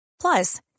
Plus